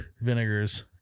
Vinegars